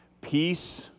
Peace